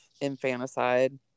infanticide